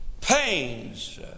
pains